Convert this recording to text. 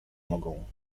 mogą